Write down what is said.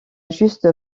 juste